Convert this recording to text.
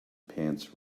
pants